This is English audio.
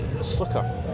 slicker